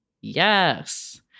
Yes